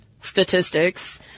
statistics